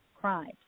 crimes